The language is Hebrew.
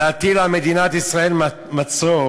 להטיל על מדינת ישראל מצור,